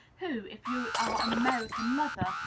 who, if you are an american mother,